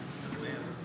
חבר הכנסת אלקין,